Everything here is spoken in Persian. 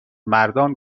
مردان